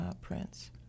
prints